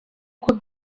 uko